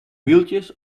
wieltjes